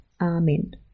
Amen